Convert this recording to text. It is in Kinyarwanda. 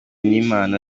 n’imana